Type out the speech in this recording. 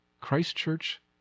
Christchurch